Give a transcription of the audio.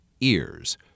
ears